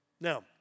Now